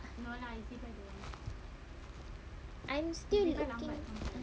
I'm still looking